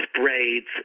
braids